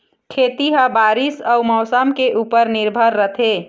खेती ह बारीस अऊ मौसम के ऊपर निर्भर रथे